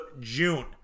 June